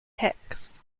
hicks